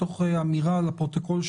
תוך אמירה לפרוטוקול,